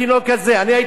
ביום שבת,